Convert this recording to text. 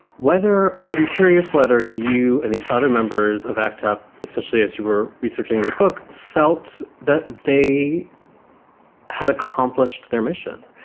whether i'm curious whether you and the other members of act up, especially as you were researching your book, felt that they had accomplished their mission.